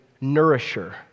nourisher